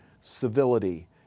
civility